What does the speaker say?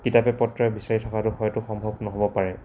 কিতাপে পত্ৰৰে বিচাৰি থকাটো হয়তো সম্ভৱ নহ'ব পাৰে